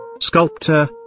Sculptor